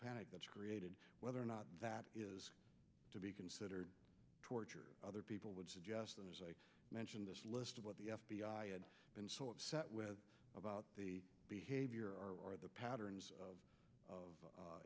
panic that's created whether or not that is to be considered torture other people would suggest that as i mentioned this list of what the f b i had been so upset with about the behavior or the patterns of of